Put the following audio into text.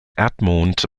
erdmond